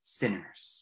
sinners